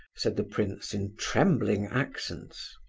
said the prince, in trembling accents.